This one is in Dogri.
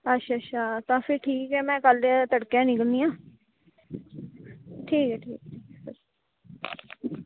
अच्छा अच्छा तां ठीक ऐ में तड़के निकलनी आं ठीक ऐ ठीक